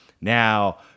Now